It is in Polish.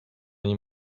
nim